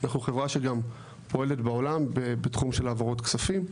אנחנו חברה שגם פועלת בעולם בתחום העברות כספים,